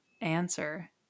answer